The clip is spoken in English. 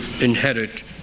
inherit